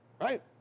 right